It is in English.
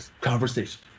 conversation